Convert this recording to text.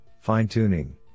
fine-tuning